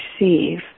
receive